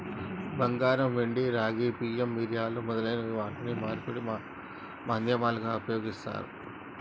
బంగారం, వెండి, రాగి, బియ్యం, మిరియాలు మొదలైన వాటిని మార్పిడి మాధ్యమాలుగా ఉపయోగిత్తారు